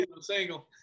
single